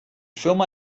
firma